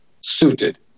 suited